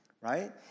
right